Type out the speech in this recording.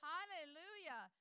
Hallelujah